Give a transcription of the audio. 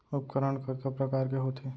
उपकरण कतका प्रकार के होथे?